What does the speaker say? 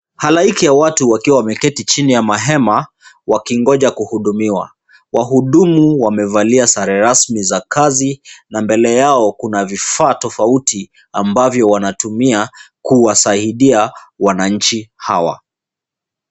Halaiki ya watu wakiwa wameketi chini ya mahema wakingoja kuhudumiwa. Wahudumu wamevalia sare rasmi za kazi na mbele yao kuna vifaa tofauti, ambavyo wanatumia kuwasaidia wananchi hawa.